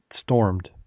stormed